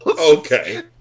Okay